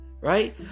Right